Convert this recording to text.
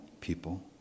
people